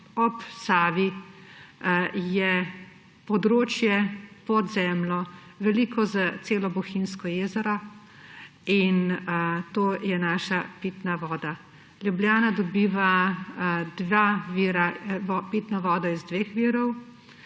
Ob Savi je področje pod zemljo, veliko za celo Bohinjsko jezero, in to je naša pitna voda. Ljubljana dobiva pitno vodo iz dveh virov,